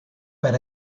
per